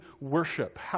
worship